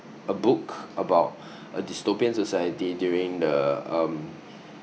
a book about a dystopian society during the um